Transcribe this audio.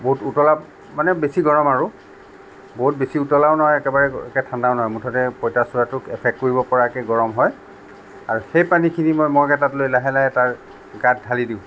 বহুত উতলা মানে বেছি গৰম আৰু বহুত বেছি উতলাও নহয় একেবাৰে ঠাণ্ডাও নহয় মুঠতে পঁইতাচোৰাটোক এফেক্ট কৰিব পৰাকে গৰম হয় আৰু সেই পানীখিনি মই মগ এটাতলৈ লাহে লাহে তাৰ গাত ঢালি দিওঁ